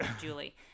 Julie